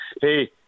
Hey